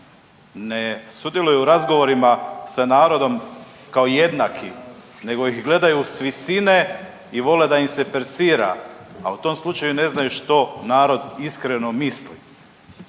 ne sudjeluju u razgovorima sa narodom kao jednakim nego ih gledaju s visine i vole da im se persira, a u tom slučaju ne znaju što narod iskreno misli.